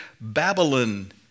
Babylon